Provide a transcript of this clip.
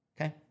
okay